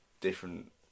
Different